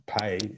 pay